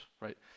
Right